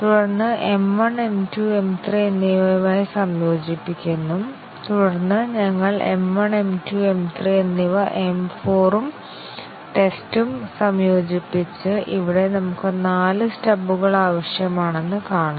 തുടർന്ന് M 1 M 2 M 3 എന്നിവയുമായി സംയോജിപ്പിക്കുന്നു തുടർന്ന് ഞങ്ങൾ M 1 M 2 M 3 എന്നിവ M 4 ഉം ടെസ്റ്റും സംയോജിപ്പിച്ച് ഇവിടെ നമുക്ക് നാല് സ്റ്റബുകൾ ആവശ്യമാണെന്ന് കാണാം